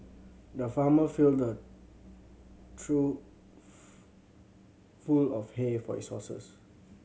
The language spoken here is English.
the farmer filled a trough full of hay for his horses